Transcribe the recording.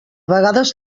vegades